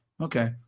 Okay